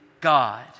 God